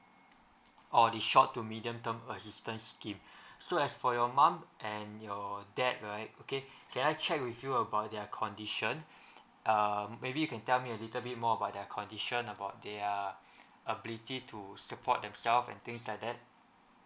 or the short to medium term assistance scheme so as for your mum and your dad right okay can I check with you about their condition err maybe you can tell me a little bit more about their condition about their ability to support themselves and things like that